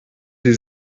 sie